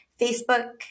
Facebook